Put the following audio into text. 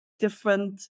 Different